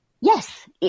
Yes